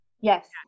yes